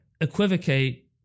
equivocate